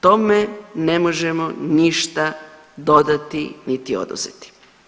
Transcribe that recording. Tome ne možemo ništa dodati niti oduzeti.